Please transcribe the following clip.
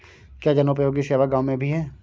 क्या जनोपयोगी सेवा गाँव में भी है?